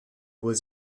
was